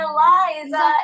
Eliza